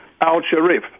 Al-Sharif